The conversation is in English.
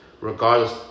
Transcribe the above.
Regardless